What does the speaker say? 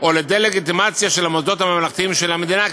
או לדה-לגיטימציה של המוסדות הממלכתיים של המדינה,